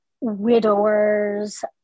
widowers